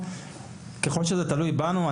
ככל שזה תלוי בנו,